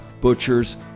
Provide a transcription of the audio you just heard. butchers